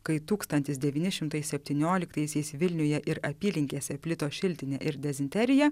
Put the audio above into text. kai tūkstantis devyni šimtai septynioliktaisiais vilniuje ir apylinkėse plito šiltinė ir dezinterija